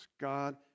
God